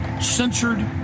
censored